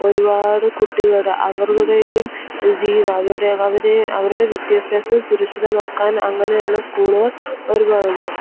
ഒരുപാട് കുട്ടികൾ അവരുടെയും ജീവിതം അവരുടെ അവരുടെ വിദ്യാഭ്യാസം സുരക്ഷിതമാക്കാൻ അങ്ങനെയുള്ള സ്കൂളുകൾ ഒരുപാടുണ്ട്